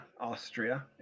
Austria